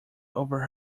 over